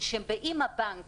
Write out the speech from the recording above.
שאם הבנק